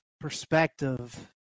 perspective